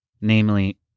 namely